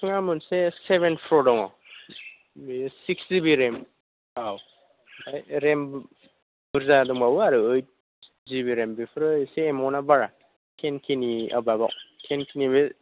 सामसुंगआ मोनसे सेभेन फ्र दङ बियो स्किस जिबि रेम औ माने रेम बुरजा दंबावो आरो ओइत जिबि रेम बेफोरो एसे एमाउन्टआ बारा थेन केनि एबाबाव थेन केनिबो